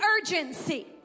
urgency